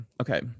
Okay